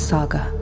Saga